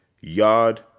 Yard